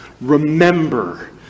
Remember